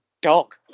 dog